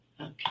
Okay